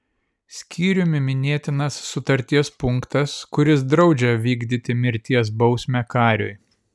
skyrium minėtinas sutarties punktas kuris draudžia vykdyti mirties bausmę kariui